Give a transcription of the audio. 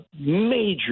major